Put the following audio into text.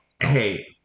hey